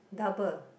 double